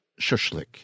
Shushlik